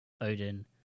Odin